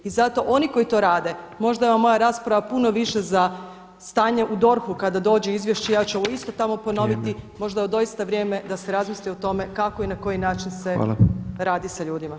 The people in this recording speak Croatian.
I zato oni koji to rade, možda je ova moja rasprava puno više za stanje u DORHU, kada dođe izvješće ja ću ovo isto tamo ponoviti, možda je doista vrijeme da se razmisli o tome kako i na koji način se radi sa ljudima.